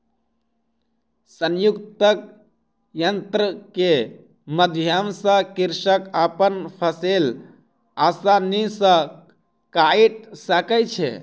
संयुक्तक यन्त्र के माध्यम सॅ कृषक अपन फसिल आसानी सॅ काइट सकै छै